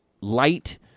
light